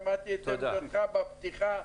שמעתי את עמדתך בפתיחה.